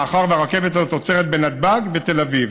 מאחר שהרכבת הזאת עוצרת בנתב"ג ותל אביב,